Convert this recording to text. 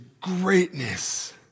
greatness